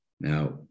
Now